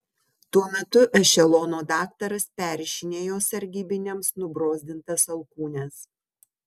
tuo metu ešelono daktaras perrišinėjo sargybiniams nubrozdintas alkūnes